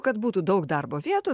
kad būtų daug darbo vietų